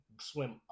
swim